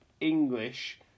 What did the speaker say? English